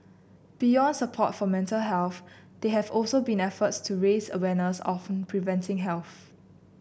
beyond support for mental health there have also been efforts to raise awareness on preventive health